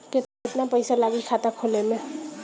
केतना पइसा लागी खाता खोले में?